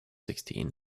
sixteen